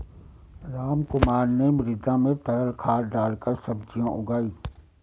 रामकुमार ने मृदा में तरल खाद डालकर सब्जियां उगाई